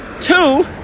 Two